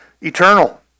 eternal